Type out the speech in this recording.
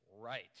right